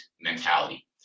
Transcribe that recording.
mentality